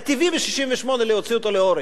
היה טבעי ב-1968 להוציא אותו להורג.